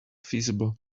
feasible